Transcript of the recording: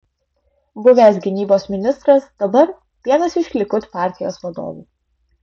buvęs gynybos ministras dabar vienas iš likud partijos vadovų